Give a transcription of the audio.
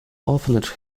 orphanage